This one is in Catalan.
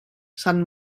sant